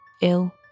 ill